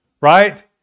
right